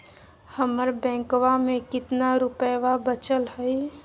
हमर बैंकवा में कितना रूपयवा बचल हई?